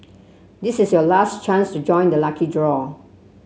this is your last chance to join the lucky draw